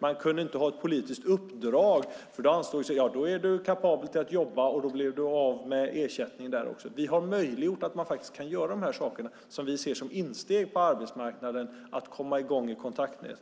De kunde inte ha ett politiskt uppdrag för då ansågs de kapabla att jobba och blev av med ersättningen. Vi har gjort det möjligt att faktisk kunna göra dessa uppgifter som vi ser som insteg på arbetsmarknaden för att komma i gång och få ett kontaktnät.